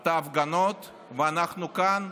את ההפגנות, ואנחנו כאן,